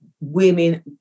women